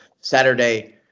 Saturday